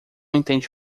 entende